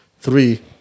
Three